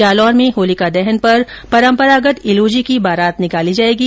जालोर में होलिका दहन पर परम्परागत इलोजी की बारात निकाली जायेगी